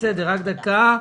שלום לכולם,